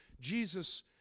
Jesus